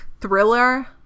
Thriller